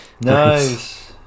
Nice